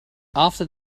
after